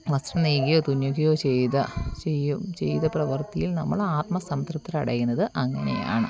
വസ്ത്രം നെയ്യുകയോ തുന്നുകയോ ചെയ്ത് ചെയ്യും ചെയ്ത പ്രവർത്തിയിൽ നമ്മൾ ആത്മസംതൃപ്തി അടയുന്നത് അങ്ങനെയാണ്